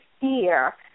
fear